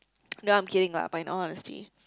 no I'm kidding lah but in all honesty